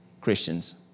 Christians